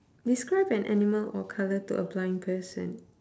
describe an animal or colour to a blind person